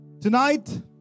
Tonight